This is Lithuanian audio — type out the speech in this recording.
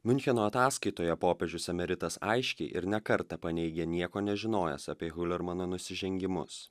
miuncheno ataskaitoje popiežius emeritas aiškiai ir ne kartą paneigė nieko nežinojęs apie hulermano nusižengimus